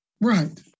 Right